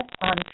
on